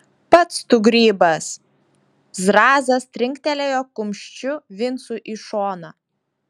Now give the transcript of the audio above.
pats tu grybas zrazas trinktelėjo kumščiu vincui į šoną